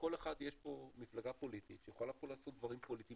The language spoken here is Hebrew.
לכל אחד יש פה מפלגה פוליטית שיכולה לעשות דברים פוליטיים